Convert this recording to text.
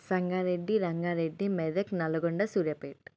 Sangareddy Rangareddy Medak Nalgonda Suryapet